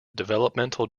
developmental